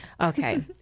Okay